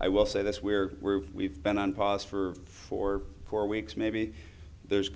i will say this where we've been on pause for for four weeks maybe there's